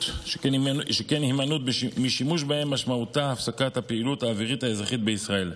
שכן הימנעות משימוש בהם משמעותה הפסקת הפעילות האווירית האזרחית בישראל.